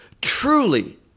Truly